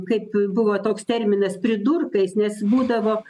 kaip buvo toks terminas pridurkais nes būdavo